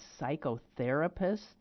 psychotherapist